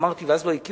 קראו לנו "שרצים".